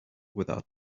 without